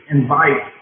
invite